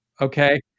okay